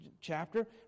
chapter